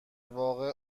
واقع